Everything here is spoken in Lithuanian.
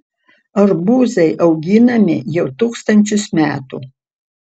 arbūzai auginami jau tūkstančius metų